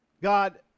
God